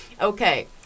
okay